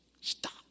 stop